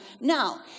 now